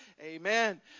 Amen